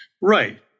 Right